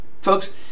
folks